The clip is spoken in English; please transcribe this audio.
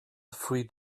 three